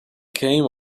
came